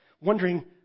wondering